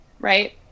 Right